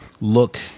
look